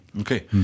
okay